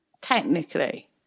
technically